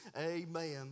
amen